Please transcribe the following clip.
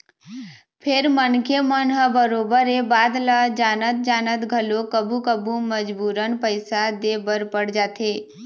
फेर मनखे मन ह बरोबर ये बात ल जानत जानत घलोक कभू कभू मजबूरन पइसा दे बर पड़ जाथे